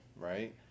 right